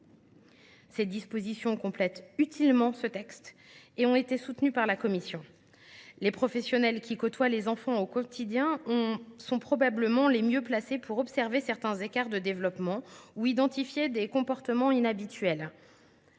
Ces dispositions complètent utilement le texte et ont été soutenues par la commission. Les professionnels qui côtoient les enfants au quotidien sont probablement les mieux placés pour observer certains écarts de développement ou identifier des comportements inhabituels.